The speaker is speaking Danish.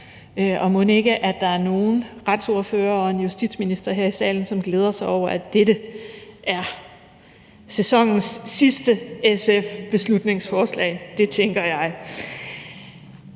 Og mon ikke, der er nogle retsordførere og en justitsminister her i salen, som glæder sig over, at dette er sæsonens sidste SF-beslutningsforslag – det tænker jeg.